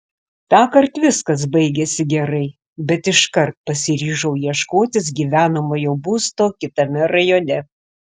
tąkart viskas baigėsi gerai bet iškart pasiryžau ieškotis gyvenamojo būsto kitame rajone